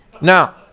Now